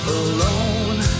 alone